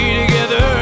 together